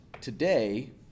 today